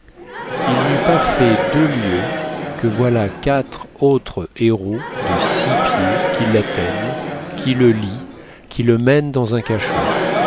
il n'eut pas fait deux lieues que voilà quatre autres héros de six pieds qui l'atteignent qui le lient qui le mènent dans un cachot